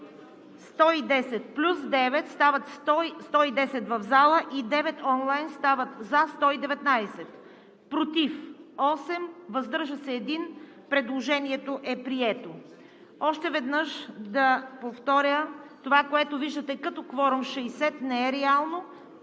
110 плюс 9 онлайн, стават 119, против 8, въздържал се 1 Предложението е прието. Още веднъж да повторя това, което виждате като кворум 60, не е реално.